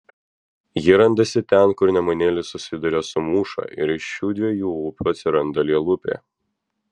ji randasi ten kur nemunėlis susiduria su mūša ir iš šių dviejų upių atsiranda lielupė